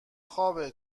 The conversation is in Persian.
خوابه